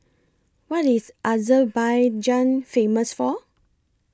What IS Azerbaijan Famous For